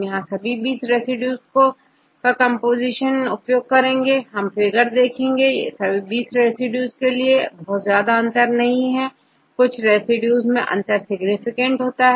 यहां हम सभी 20 रेसिड्यू का कंपोजीशन उपयोग करेंगे यदि हम फिगर देखें तो सभी 20 रेसिड्यू में बहुत ज्यादा अंतर नहीं है कि कुछ रेसिड्यू मैं अंतर सिग्निफिकेंट होता है